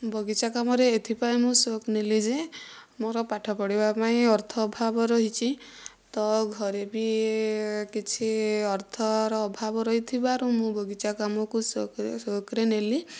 ବଗିଚା କାମରେ ଏଥିପାଇଁ ମୁଁ ସଉକ ନେଲିଯେ ମୋର ପାଠ ପଢ଼ିବା ପାଇଁ ଅର୍ଥ ଅଭାବ ରହିଛି ତ ଘରେ ବି କିଛି ଅର୍ଥର ଅଭାବ ରହିଥିବାରୁ ମୁଁ ବଗିଚା କାମକୁ ସଉକ ସଉକରେ ନେଲି